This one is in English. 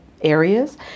areas